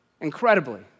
incredibly